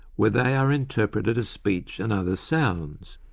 where they are interpreted as speech and other sounds.